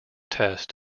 test